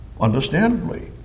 understandably